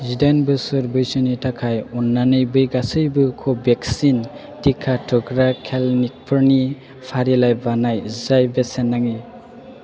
जिदाइन बोसोर बैसोनि थाखाय अननानै बे गासैबो कभेक्सिन टिका थुग्रा क्लिनिकफोरनि फारिलाइ बानाय जाय बेसेन नाङि